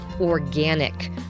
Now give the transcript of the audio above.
organic